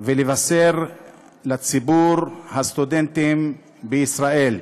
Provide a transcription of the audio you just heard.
ולבשר לציבור הסטודנטים בישראל,